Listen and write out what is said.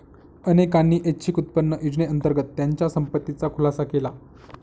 अनेकांनी ऐच्छिक उत्पन्न योजनेअंतर्गत त्यांच्या संपत्तीचा खुलासा केला